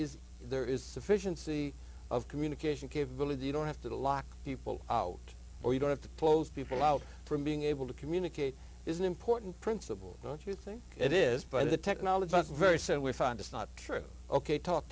is there is sufficiency of communication capability you don't have to lock people out or you don't have to close people out from being able to communicate is an important principle don't you think it is by the technology but very soon we find it's not true ok talk